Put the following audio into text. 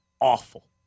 awful